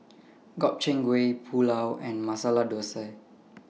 Gobchang Gui Pulao and Masala Dosa